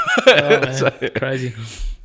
Crazy